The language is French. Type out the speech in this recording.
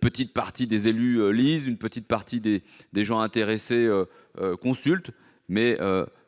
petite partie des élus lisent, qu'une petite partie des gens intéressés consultent,